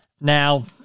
Now